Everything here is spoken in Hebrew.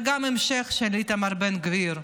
בהמשך לאיתמר בן גביר,